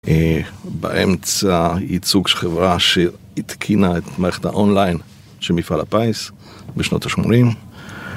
באמצע ייצוג של חברה שהתקינה את מערכת האונליין שמפעלה פייס בשנות השמורים